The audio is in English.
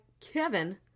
kevin